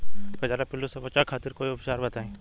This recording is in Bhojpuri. कजरा पिल्लू से बचाव खातिर कोई उपचार बताई?